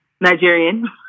Nigerian